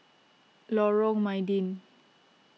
Lorong Mydin